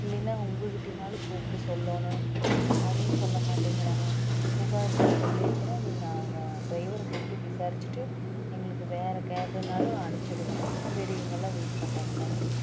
இல்லைன்னா உங்கள் கிட்டேனாலும் கூப்பிட்டு சொல்லணும் அதையும் சொல்ல மாட்டேங்கிறாங்க புகார் நான் சொல்லியிருக்கிறேன் நீங்கள் அவங்க ட்ரைவர் கூப்பிட்டு விசாரிச்சுட்டு எங்களுக்கு வேறு கேப் வேண்ணாலும் அனுப்பிச்சி விடுங்க பெரியவங்களெலாம் வெயிட் பண்ணுறாங்க நன்றி